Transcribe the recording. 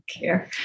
care